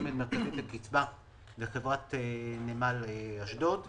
לחברת נמל אשדוד.